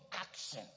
action